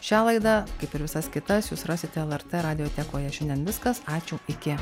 šią laidą kaip ir visas kitas jūs rasite lrt radiotekoje šiandien viskas ačiū iki